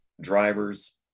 drivers